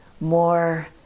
more